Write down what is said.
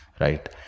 right